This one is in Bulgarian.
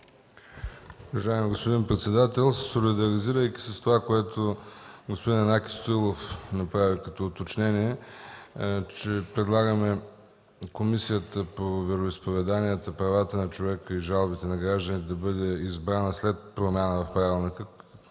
Уважаеми господин председател, солидаризираме се с това, което господин Янаки Стоилов направи като уточнение - че предлагаме Комисията по вероизповеданията, правата на човека и жалбите на гражданите да бъде избрана след промяна в Правилника,